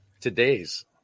today's